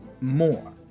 more